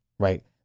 Right